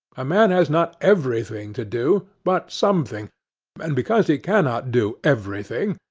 a man has not everything to do, but something and because he cannot do everything,